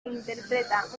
interpreta